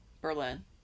Berlin